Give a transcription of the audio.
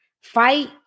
fight